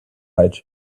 right